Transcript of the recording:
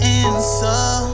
answer